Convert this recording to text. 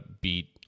beat